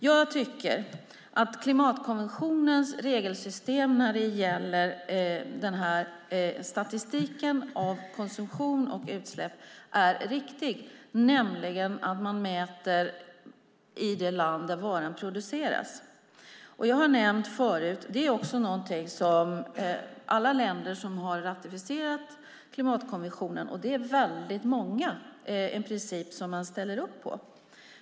Jag tycker att klimatkonventionens regelsystem när det gäller statistiken över konsumtion och utsläpp är riktigt, nämligen att man mäter i det land där varan produceras. Det är en princip som alla länder som har ratificerat klimatkonventionen, och det är väldigt många, också ställer upp på.